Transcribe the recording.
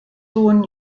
sohn